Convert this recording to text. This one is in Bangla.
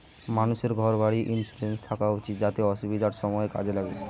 মানুষের ঘর বাড়ির ইন্সুরেন্স থাকা উচিত যাতে অসুবিধার সময়ে কাজে লাগে